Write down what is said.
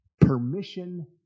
Permission